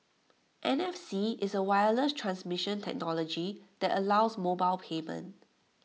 N F C is A wireless transmission technology that allows mobile payment